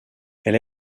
elle